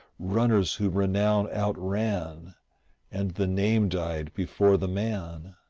runners whom renown outran and the name died before the man.